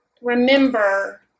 remember